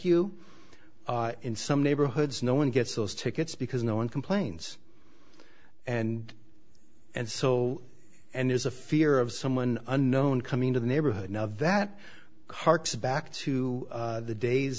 you in some neighborhoods no one gets those tickets because no one complains and and so and there's a fear of someone unknown coming into the neighborhood now that harks back to the days